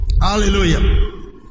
Hallelujah